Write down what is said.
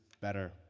better